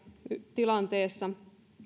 tilanteessa